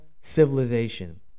civilization